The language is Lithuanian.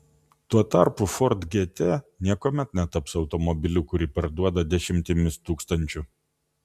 tuo tarpu ford gt niekuomet netaps automobiliu kurį parduoda dešimtimis tūkstančių